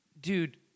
dude